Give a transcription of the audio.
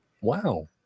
Wow